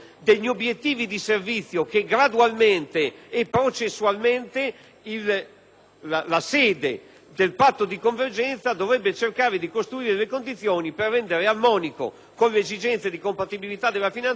la sede del patto di convergenza dovrebbe cercare di cercare di rendere armonico con le esigenze di compatibilità della finanza pubblica, graduando il processo evolutivo del sistema affinché tutti si allineino